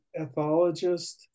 ethologist